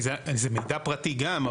כי זה מידע פרטי גם,